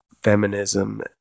feminism